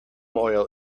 oil